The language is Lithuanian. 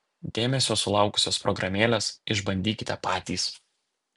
dėmesio sulaukusios programėlės išbandykite patys